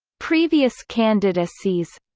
previous candidacies